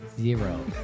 zero